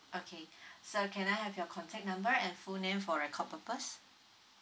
okay sir can I have your contact number and full name for record purpose